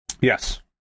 Yes